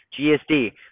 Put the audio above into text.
gsd